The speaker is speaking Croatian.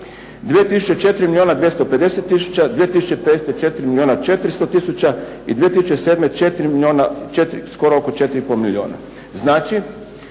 2000. 4 milijuna 250 tisuća, 2005. 4 milijuna 400 tisuća i 2007. skoro oko 4,5 milijuna. Znači,